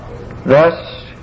Thus